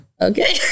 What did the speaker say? okay